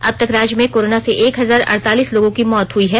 अब तक राज्य में कोरोना से एक हजार अड़तालीस लोगों की मौत हुई हैं